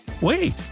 Wait